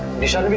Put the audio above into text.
nisha.